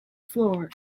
floor